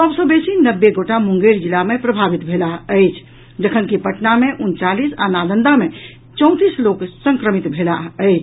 सभ सँ बेसी नब्बे गोटा मुंगेर जिला मे प्रभावित भेलाह अछि जखनकि पटना मे उनचालीस आ नालंदा मे चौंतीस लोक संक्रमित भेलाह अछि